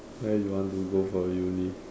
where you want to go for uni